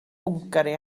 hwngari